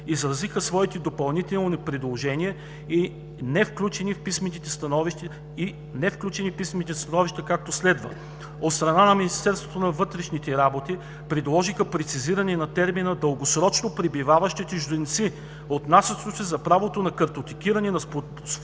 изразиха своите допълнителни предложения, невключени в писмените становища, както следва: От страна на Министерството на вътрешните работи предложиха прецизиране на термина „дългосрочно пребиваващите чужденци“, отнасящ се за правото на картотекиране на спортисти